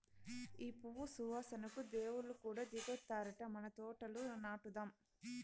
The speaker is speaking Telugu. ఈ పువ్వు సువాసనకు దేవుళ్ళు కూడా దిగొత్తారట మన తోటల నాటుదాం